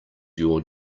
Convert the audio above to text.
your